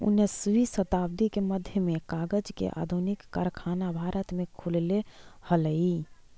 उन्नीसवीं शताब्दी के मध्य में कागज के आधुनिक कारखाना भारत में खुलले हलई